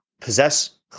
possess